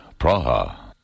Praha